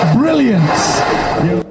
brilliance